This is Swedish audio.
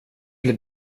vill